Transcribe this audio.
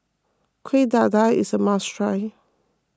Kueh Dadar is a must try